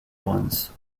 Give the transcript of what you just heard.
ones